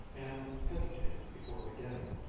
and hesitated before beginning,